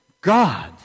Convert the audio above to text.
God